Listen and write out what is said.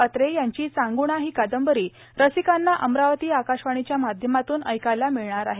अत्रे यांची चांगुणाश्वही कादंबरी रसिकांना अमरावती आकाशवाणीच्या माध्यमातून ऐकायला मिळणार आहे